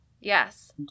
yes